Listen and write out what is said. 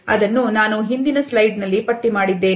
ಅದನ್ನು ನಾನು ಹಿಂದಿನ ಸ್ಲೈಡ್ ನಲ್ಲಿ ಪಟ್ಟಿ ಮಾಡಿದ್ದೇನೆ